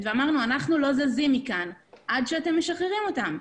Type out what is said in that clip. ואמרנו: אנחנו לא זזים מכאן עד שאתם משחררים אותם.